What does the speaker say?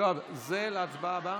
יואב, זה להצבעה הבאה?